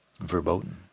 verboten